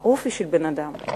האופי של בן-אדם.